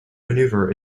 manoeuvre